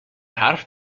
حرف